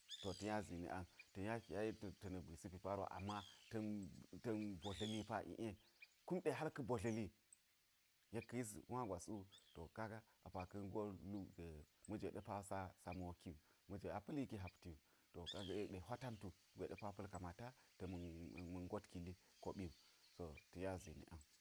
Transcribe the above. To ta̱ nya ziini an, ta̱ nya kiyaye ta̱ na̱kgwisi pi paruwa. Ama ta̱n ta̱n botla̱li ie. Kumɗe hal ka̱ botla̱li yek ka̱ yis wa gwas wu, to kaga apa ka̱ ngo lugwema̱jwe ɗe pa sa moki wu, ma̱jwe a pa̱liki habti wu. To kaga yekɗe hwa tantu gwe ɗe pa̱l kamata ta̱ ma̱n ta̱ ma̱n ngot kili koɓi wu. Ta̱ nya ziini an.